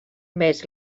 més